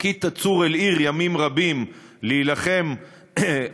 "כי תצור אל עיר ימים רבים להלחם עליה",